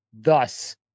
thus